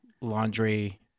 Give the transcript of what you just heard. laundry